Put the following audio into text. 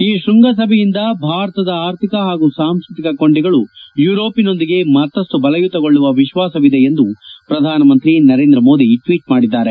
ಈ ಶ್ಬಂಗಸಭೆಯಿಂದ ಭಾರತದ ಆರ್ಥಿಕ ಹಾಗೂ ಸಾಂಸ್ಕೃತಿಕ ಕೊಂಡಿಗಳು ಯುರೋಪ್ನೊಂದಿಗೆ ಮತ್ತಷ್ಟು ಬಲಯುತಗೊಳ್ಳುವ ವಿಶ್ವಾಸವಿದೆ ಎಂದು ಪ್ರಧಾನಮಂತ್ರಿ ನರೇಂದ್ರ ಮೋದಿ ಟ್ವೀಟ್ ಮಾಡಿದ್ದಾರೆ